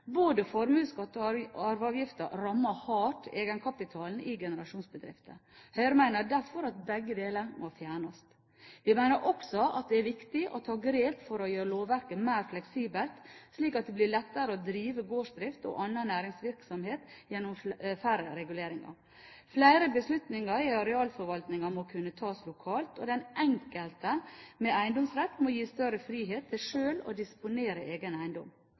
og arveavgift rammer hardt egenkapitalen i generasjonsbedrifter. Høyre mener derfor at begge deler må fjernes. Vi mener også at det er viktig å ta grep for å gjøre lovverket mer fleksibelt, slik at det blir lettere å drive gårdsdrift og annen næringsvirksomhet gjennom færre reguleringer. Flere beslutninger i arealforvaltningen må kunne tas lokalt, og den enkelte med eiendomsrett må gis større frihet til sjøl å disponere egen eiendom.